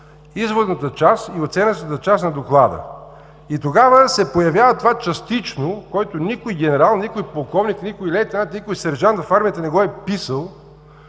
изводната и оценъчната част на доклада. Тогава се появява това „частично“, което никой генерал, никой полковник, никой лейтенант, никой сержант в армията не го е писал.